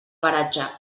paratge